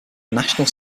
national